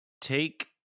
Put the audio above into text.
Take